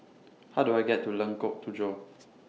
How Do I get to Lengkok Tujoh